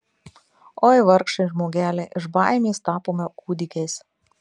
oi vargšai žmogeliai iš baimės tapome kūdikiais